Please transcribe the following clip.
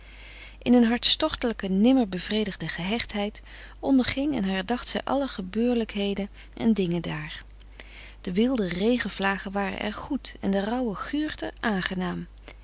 in een hartstochtelijke nimmer bevredigde gehechtheid onderging en herdacht zij alle gebeurlijkheden en dingen daar de wilde regenvlagen waren er goed en de rauwe guurte aangenaam